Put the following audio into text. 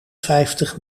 vijftig